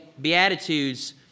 Beatitudes